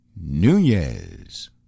Nunez